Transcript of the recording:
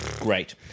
Great